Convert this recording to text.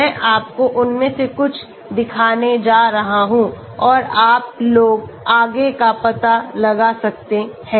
मैं आपको उनमें से कुछ दिखाने जा रहा हूं और आप लोग आगे का पता लगा सकते हैं